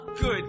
good